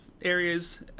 areas